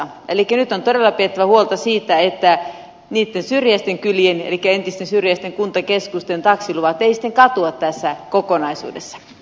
elikkä nyt on todella pidettävä huolta siitä että niitten syrjäisten kylien elikkä entisten syrjäisten kuntakeskusten taksiluvatteisten katua tässä kokonaisuudes